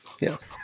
Yes